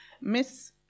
Miss